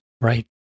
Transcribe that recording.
right